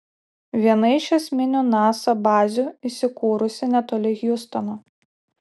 viena iš esminių nasa bazių įsikūrusi netoli hjustono